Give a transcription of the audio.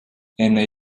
enne